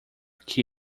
que